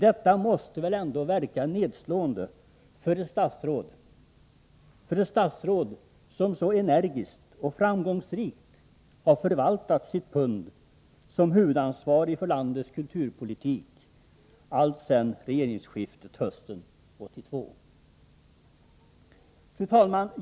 Detta måste ändå verka nedslående för ett statsråd som så energiskt och framgångsrikt förvaltat sitt pund som huvudansvarig för landets kulturpolitik, alltsedan regeringsskiftet hösten 1982. Fru talman!